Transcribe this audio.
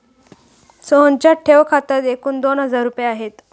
सोहनच्या ठेव खात्यात एकूण दोन हजार रुपये आहेत